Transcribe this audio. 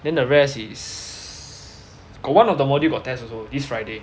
then the rest is got one of the module got test also this friday